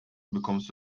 bekommst